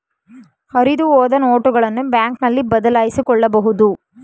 ಹರಿದುಹೋದ ನೋಟುಗಳನ್ನು ಬ್ಯಾಂಕ್ನಲ್ಲಿ ಬದಲಾಯಿಸಿಕೊಳ್ಳಬಹುದು